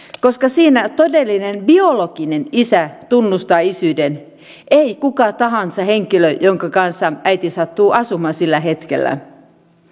koska siinä todellinen biologinen isä tunnustaa isyyden ei kuka tahansa henkilö jonka kanssa äiti sattuu asumaan sillä hetkellä